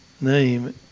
name